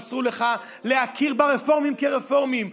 אסור לך להכיר ברפורמים כרפורמים,